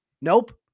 Nope